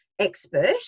expert